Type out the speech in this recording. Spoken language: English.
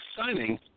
signing